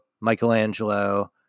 Michelangelo